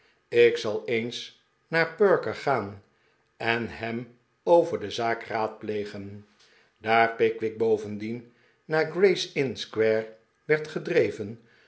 ik zal eens naar perker gaan en hem over de zaak raadplegen daar pickwick bovendien naar graysinn square werd gedreven